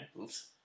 Oops